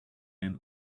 and